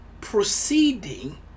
proceeding